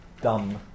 dumb